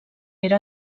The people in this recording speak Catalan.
era